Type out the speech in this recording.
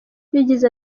yagize